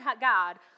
God